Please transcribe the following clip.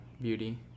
beauty